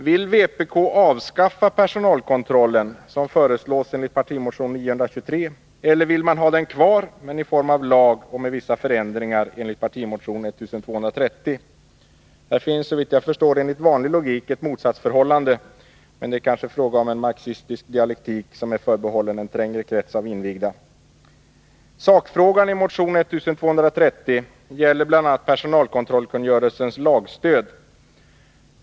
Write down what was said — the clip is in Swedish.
Vill vpk avskaffa personalkontrollen, som föreslås i partimotion 923, eller vill vpk ha den kvar men i form av lag och med vissa förändringar, som i partimotion 1230? Här finns såvitt jag kan förstå enligt vanlig logik ett motsatsförhållande, men det är kanske fråga om en marxistisk dialektik som det är en trängre krets av invigda förbehållet att förstå. Sakfrågan i motion 1230 gäller bl.a. personalkontrollkungörelsens lagstöd.